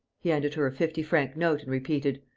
he handed her a fifty-franc note and repeated,